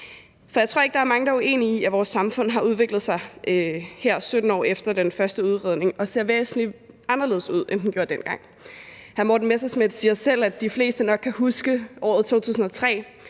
For jeg tror ikke, der er mange, der er uenige i, at vores samfund har udviklet sig siden den første udredning for 17 år siden og ser væsentlig anderledes ud, end det gjorde dengang. Hr. Morten Messerschmidt siger selv, at de fleste nok kan huske året 2003.